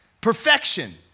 perfection